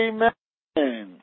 Amen